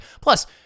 Plus